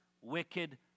wicked